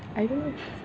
I don't know